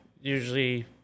usually